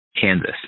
Kansas